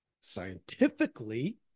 scientifically